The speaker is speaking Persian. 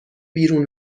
بیرون